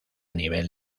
nivel